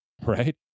right